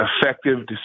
effective